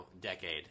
decade